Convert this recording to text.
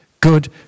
good